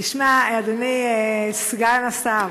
תשמע, אדוני סגן השר,